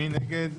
מי נגד?